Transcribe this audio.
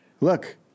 Look